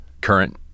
current